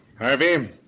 Harvey